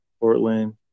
Portland